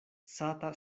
sata